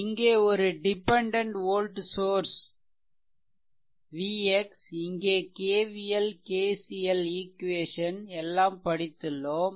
இங்கே ஒரு dependent voltage source vx இங்கே KVL KCL ஈக்வேசன் எல்லாம் படித்துள்ளோம்